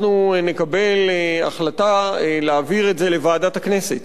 אני מקווה שגם בעקבות הדיון הזה נקבל החלטה להעביר את זה לוועדת הכנסת,